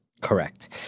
Correct